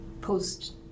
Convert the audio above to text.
post-